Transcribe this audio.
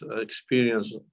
experience